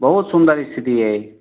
बहुत सुन्दर स्थिति अइ